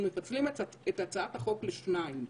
אנחנו מפצלים את הצעת החוק לשניים,